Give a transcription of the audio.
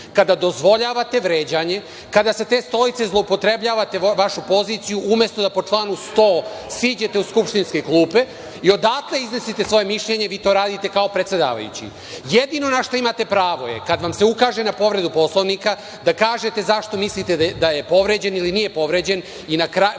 kada dozvoljavate vređanje, kada sa te stolice zloupotrebljavate vašu poziciju. Umesto da po članu 100. siđete u skupštinske klupe i odatle iznosite svoje mišljenje, vi to radite kao predsedavajući. Jedino na šta imate pravo je kada vam se ukaže na povredu Poslovnika, da kažete zašto mislite da je povređen ili nije povređen Poslovnik.